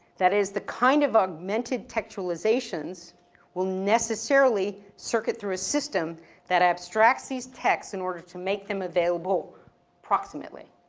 that is the kind of augmented textualization will necessarily circuit through a system that abstracts these texts in order to make them available approximately.